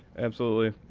absolutely.